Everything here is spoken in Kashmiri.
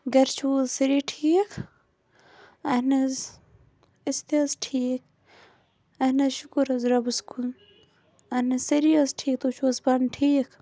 گرِ چھِو حظ سٲری ٹھیٖک اہن حظ أسۍ تہِ حظ ٹھیٖک اہن حظ شُکُر حظ ربَس کُن اہن حظ سٲری حظ ٹھیٖک تُہُۍ چھِو حظ پانہٕ ٹھیٖک